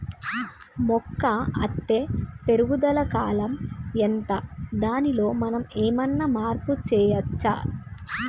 మొక్క అత్తే పెరుగుదల కాలం ఎంత దానిలో మనం ఏమన్నా మార్పు చేయచ్చా?